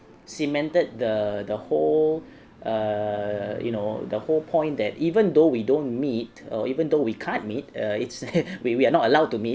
cemented the the whole err you know the whole point that even though we don't meet uh even though we can't meet uh it's err we are not allowed to meet